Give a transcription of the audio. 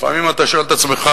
לפעמים אתה שואל את עצמך: